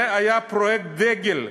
זה היה פרויקט דגל,